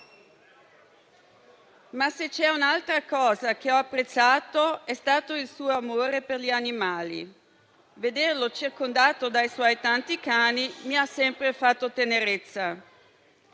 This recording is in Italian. Ma, se c'è un'altra cosa che ho apprezzato, è stato il suo amore per gli animali: vederlo circondato dai suoi tanti cani mi ha sempre fatto tenerezza.